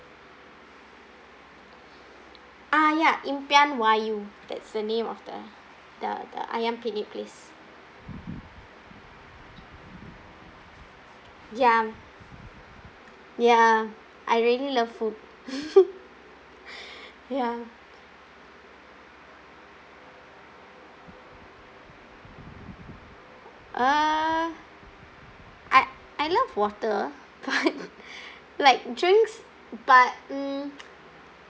uh ya impian wahyu that's the name of the the the ayam penyet place ya ya I really love food ya uh I I love water but like drinks but mm